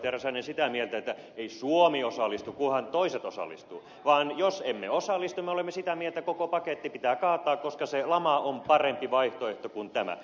räsänen sitä mieltä että ei suomi osallistu kunhan toiset osallistuvat vaan jos emme osallistu me olemme sitä mieltä että koko paketti pitää kaataa koska se lama on parempi vaihtoehto kuin tämä